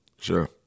Sure